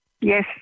Yes